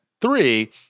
three